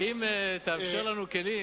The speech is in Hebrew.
אם תאפשר לנו כלים,